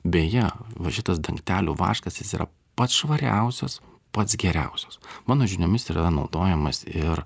beje va šitas dangtelių vaškas jis yra pats švariausias pats geriausias mano žiniomis yra naudojamas ir